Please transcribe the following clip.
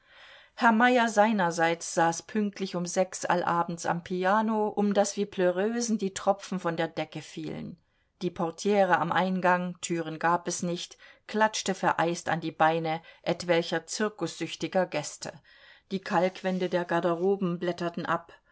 herr meyer seinerseits saß pünktlich um sechs allabends am piano um das wie pleureusen die tropfen von der decke fielen die portiere am eingang türen gab es nicht klatschte vereist an die beine etwelcher zirkussüchtiger gäste die kalkwände der garderoben blätterten ab